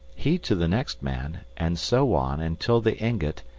he to the next man, and so on until the ingot,